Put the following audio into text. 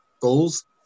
goals